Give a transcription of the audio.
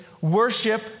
worship